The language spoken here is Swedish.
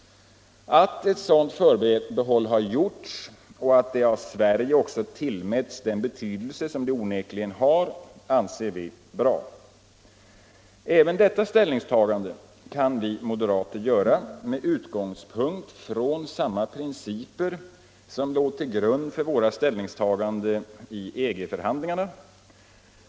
Att ett sådant förbehåll har gjorts, och att det av Sverige också tillmätts den betydelse det onekligen har, anser vi är bra. Även detta ställningstagande kan vi moderater göra med utgångspunkt i samma principer som låg till grund för våra ställningstaganden i EG-förhandlingarna.